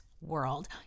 world